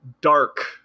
dark